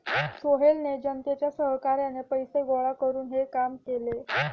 सोहेलने जनतेच्या सहकार्याने पैसे गोळा करून हे काम केले